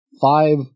five